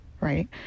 right